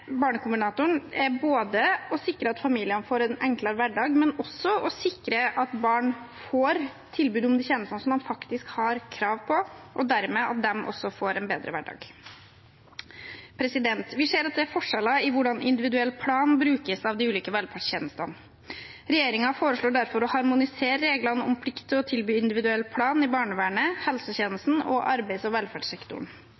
å sikre at familiene får en enklere hverdag, men også å sikre at barn får tilbud om de tjenestene som man faktisk har krav på, slik at de dermed også får en bedre hverdag. Vi ser at det er forskjeller i hvordan individuell plan brukes av de ulike velferdstjenestene. Regjeringen foreslår derfor å harmonisere reglene om plikt til å tilby individuell plan i barnevernet,